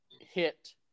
hit